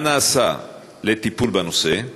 1. מה נעשה לטיפול בנושא?